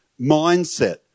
mindset